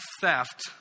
theft